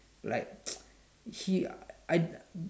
like she I